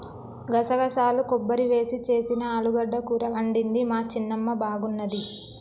గసగసాలు కొబ్బరి వేసి చేసిన ఆలుగడ్డ కూర వండింది మా చిన్నమ్మ బాగున్నది